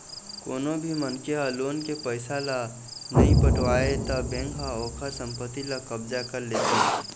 कोनो भी मनखे ह लोन के पइसा ल नइ पटावय त बेंक ह ओखर संपत्ति ल कब्जा कर लेथे